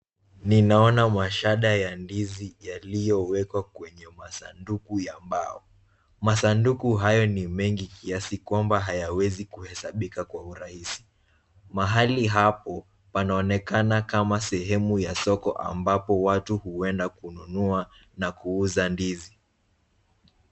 Ninaona mashada ya ndizi yaliyowekwa kwenye masanduku ya mbao. Masanduku hayo ni mengi kiasi kwamba hayawezi kuhesabika kwa urahisi. Mahali hapo panaonekana kama sehemu ya soko ambapo watu huenda kununua na kuuza ndizi.